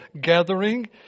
gathering